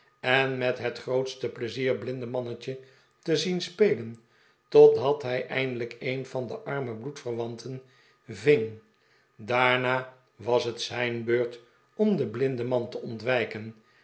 en met het grootste pleizier bhndemannetje te zien spelen totdat hij eindelijk een van de arme bloedverwanten vingj daarna was het zijn beurt om den blindeman te ontwijken